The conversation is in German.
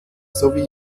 sowie